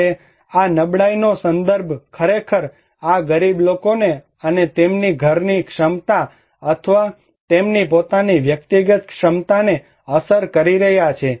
હવે આ નબળાઈનો સંદર્ભ ખરેખર આ ગરીબ લોકો છે અને તેમની ઘરની ક્ષમતા અથવા તેમની પોતાની વ્યક્તિગત ક્ષમતાને અસર કરી રહ્યાં છે